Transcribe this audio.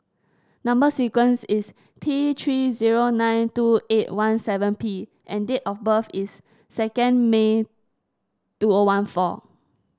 number sequence is T Three zero nine two eight one seven P and date of birth is second May two O one four